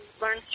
learn